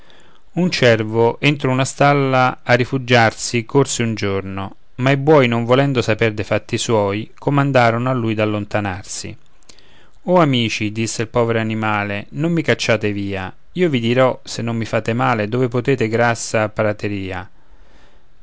un cervo entro una stalla a rifugiarsi corse un giorno ma i buoi non volendo saper de fatti suoi comandarono a lui d'allontanarsi o amici disse il povero animale non mi cacciate via io vi dirò se non mi fate male dove potrete grassa prateria